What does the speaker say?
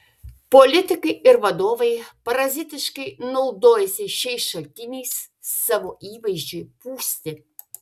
politikai ir vadovai parazitiškai naudojasi šiais šaltiniais savo įvaizdžiui pūsti